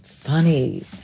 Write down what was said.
Funny